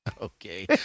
Okay